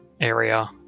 area